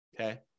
Okay